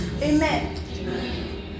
Amen